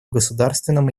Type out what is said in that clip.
государственном